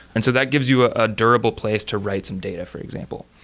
and so that gives you a ah durable place to write some data, for example.